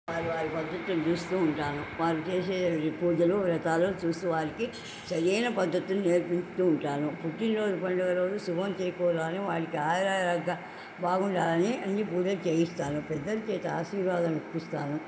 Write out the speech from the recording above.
వారి వారి పద్ధతులు చూస్తు ఉంటాను వారు చేసే పూజలు వ్రతాలు చూస్తు వారికి సరైన పద్ధతులు నేర్పిస్తు ఉంటాను పుట్టినరోజు పండుగ రోజు శుభం చేకూారాలని వారికి ఆయురారోగ్యం బాగుండాలని అన్ని పూజలు చేయిస్తాను పెద్దలు చేత ఆశీర్వాదం ఇప్పిస్తాను